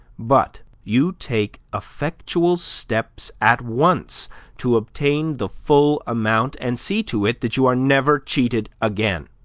but you take effectual steps at once to obtain the full amount, and see to it that you are never cheated again.